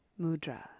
mudra